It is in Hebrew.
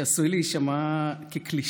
שעשוי להישמע כקלישאה,